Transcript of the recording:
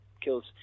kills